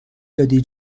دادی